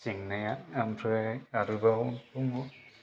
जेंनाया ओमफ्राय आरोबाव दङ